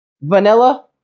Vanilla